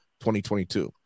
2022